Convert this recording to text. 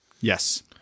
Yes